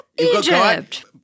Egypt